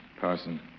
Parson